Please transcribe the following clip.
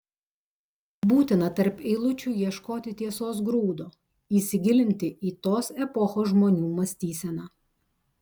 būtina tarp eilučių ieškoti tiesos grūdo įsigilinti į tos epochos žmonių mąstyseną